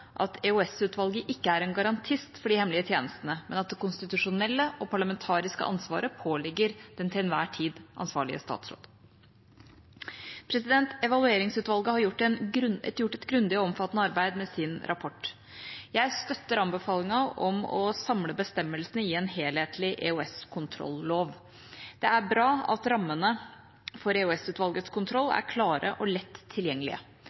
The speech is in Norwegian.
at EOS-utvalget ikke er en garantist for de hemmelige tjenestene, men at det konstitusjonelle og parlamentariske ansvaret påligger den til enhver tid ansvarlige statsråd. Evalueringsutvalget har gjort et grundig og omfattende arbeid med sin rapport. Jeg støtter anbefalingen om å samle bestemmelsene i en helhetlig EOS-kontrollov. Det er bra at rammene for EOS-utvalgets kontroll er klare og lett tilgjengelige.